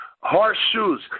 Horseshoes